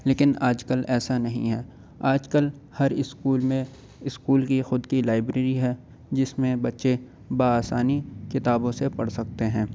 لیکن آج کل ایسا نہیں ہے آج کل ہر اسکول میں اسکول کی خود کی لائبریری ہے جس میں بچے بآسانی کتابوں سے پڑھ سکتے ہیں